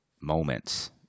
moments